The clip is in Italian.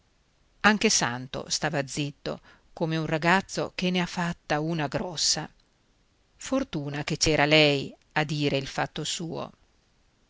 anche santo stava zitto come un ragazzo che ne ha fatta una grossa fortuna che c'era lei a dire il fatto suo